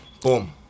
Boom